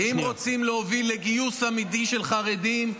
אם רוצים להוביל לגיוס אמיתי של חרדים,